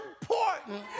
important